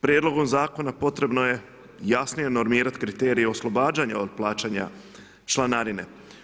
Prijedlogom zakona, potrebno je jasnije normirati kriterije oslobađanja od plaćanja članarine.